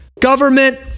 government